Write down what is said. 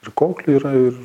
ir koklių yra ir